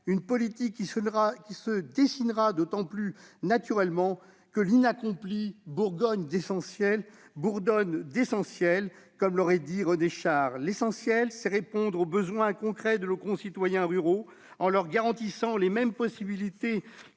Celle-ci se dessinera d'autant plus naturellement que « l'inaccompli bourdonne d'essentiel », comme le disait René Char. L'essentiel, c'est répondre aux besoins concrets de nos concitoyens ruraux, en leur garantissant les mêmes possibilités